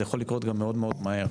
זה יכול לקרות גם מאוד מאד מהר,